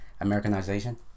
Americanization